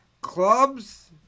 Clubs